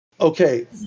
Okay